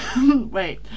Wait